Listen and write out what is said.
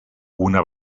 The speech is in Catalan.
una